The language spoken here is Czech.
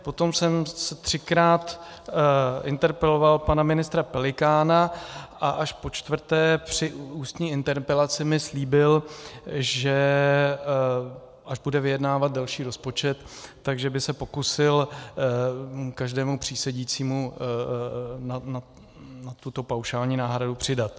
Potom jsem třikrát interpeloval pana ministra Pelikána a až počtvrté při ústní interpelaci mi slíbil, že by se, až bude vyjednávat další rozpočet, pokusil každému přísedícímu na tuto paušální náhradu přidat.